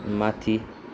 माथि